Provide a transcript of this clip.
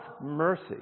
mercy